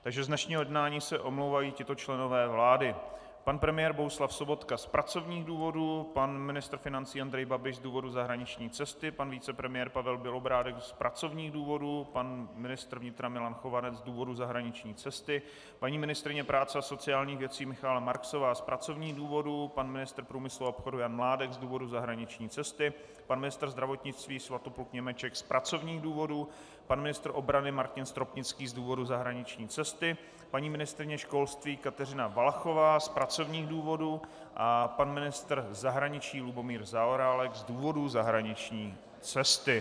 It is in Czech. Z dnešního jednání se omlouvají tito členové vlády: pan premiér Bohuslav Sobotka z pracovních důvodů, pan ministr financí Andrej Babiš z důvodu zahraniční cesty, pan vicepremiér Pavel Bělobrádek z pracovních důvodů, pan ministr vnitra Milan Chovanec z důvodu zahraniční cesty, paní ministryně práce a sociálních věcí Michaela Marksová z pracovních důvodů, pan ministr průmyslu a obchodu Jan Mládek z důvodu zahraniční cesty, pan ministr zdravotnictví Svatopluk Němeček z pracovních důvodů, pan ministr obrany Martin Stropnický z důvodu zahraniční cesty, paní ministryně školství Kateřina Valachová z pracovních důvodů a pan ministr zahraničí Lubomír Zaorálek z důvodu zahraniční cesty.